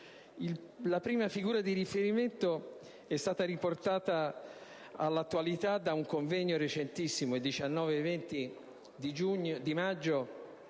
La prima figura di riferimento è stata riportata all'attualità da un convegno recentissimo (19 e 20 maggio)